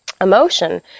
emotion